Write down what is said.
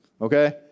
okay